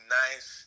nice